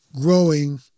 growing